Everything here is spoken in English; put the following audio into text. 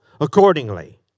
accordingly